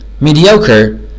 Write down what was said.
Mediocre